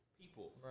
people